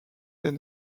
est